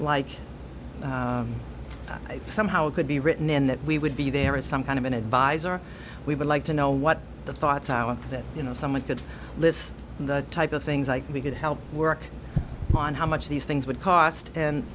like somehow it could be written in that we would be there is some kind of an advisor we would like to know what the thoughts are that you know someone could list the type of things like we could help work on how much these things would cost and